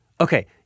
Okay